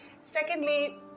Secondly